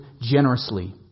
generously